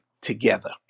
together